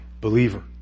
believer